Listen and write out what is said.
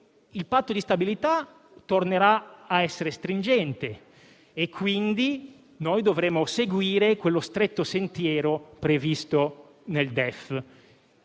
il Patto di stabilità tornerà a essere stringente e quindi dovremo seguire lo stretto sentiero previsto nel DEF.